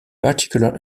particular